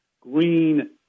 Green